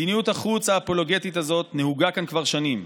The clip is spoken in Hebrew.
מדיניות החוץ האפולוגטית הזו נהוגה כאן כבר שנים.